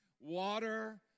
water